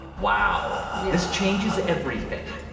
wow, yeah this changes everything.